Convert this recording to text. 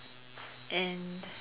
and